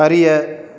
அறிய